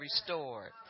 restored